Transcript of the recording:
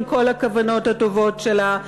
עם כל הכוונות הטובות שלה,